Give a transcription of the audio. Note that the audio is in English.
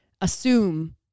assume